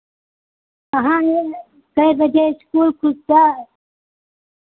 कहाँ है कै बजे इस्कूल खुलता है